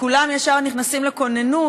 כולם ישר נכנסים לכוננות,